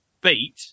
beat